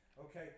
Okay